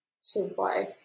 survive